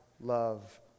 love